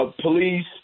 police